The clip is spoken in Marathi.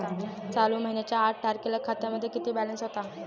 चालू महिन्याच्या आठ तारखेला खात्यामध्ये किती बॅलन्स होता?